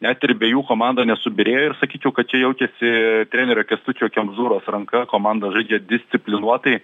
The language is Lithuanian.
net ir be jų komanda nesubyrėjo ir sakyčiau kad čia jaučiasi trenerio kęstučio kemzūros ranka komanda žaidžia disciplinuotai